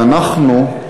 ואנחנו,